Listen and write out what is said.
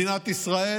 מדינת ישראל